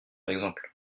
exemple